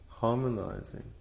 Harmonizing